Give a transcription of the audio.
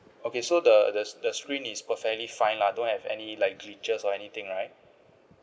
okay so the the the screen is perfectly fine lah don't have any like glitches or anything right